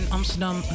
Amsterdam